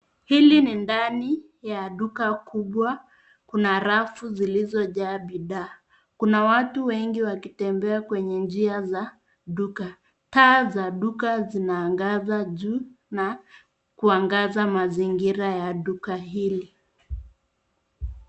Hili ni ndani ya duka kubwa, kuna rafu zilizojaa bidhaa. Kuna watu wengi wakitembea kwenye njia za duka. Taa za duka zinaangaza juu na kuangaza mazingira ya duka hili.